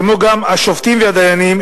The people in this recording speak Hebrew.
כמו גם השופטים והדיינים,